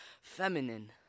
feminine